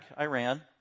Iran